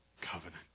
covenant